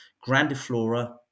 Grandiflora